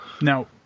Now